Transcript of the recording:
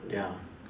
ya